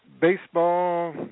Baseball